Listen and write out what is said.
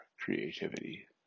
creativity